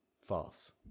false